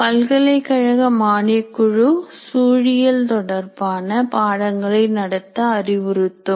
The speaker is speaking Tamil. பல்கலைக்கழக மானியக் குழு சூழியல் தொடர்பான பாடங்களை நடத்த அறிவுறுத்தும்